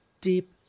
deep